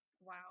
Wow